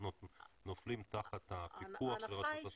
נופלים תחת הפיקוח של רשות הסייבר.